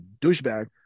douchebag